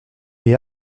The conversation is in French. est